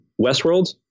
Westworld